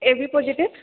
A B positive